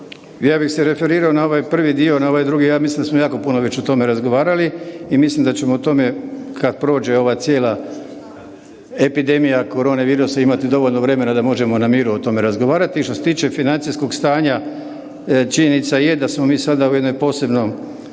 Ja bi se referirao na ovaj prvi dio, na ovaj drugi ja mislim da smo jako puno već o tome razgovarali i mislim da ćemo o tome kad prođe ova cijela epidemija korone virusa imati dovoljno vremena da možemo na miru o tome razgovarati. Što se tiče financijskog stanja činjenica je da smo mi sada u jednom posebnom